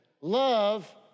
Love